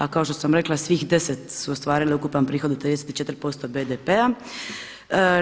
A kao što sam rekla svih 10 su ostvarile ukupan prihod od 34% BDP-a.